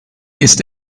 ist